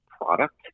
product